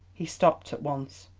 he stopped at once.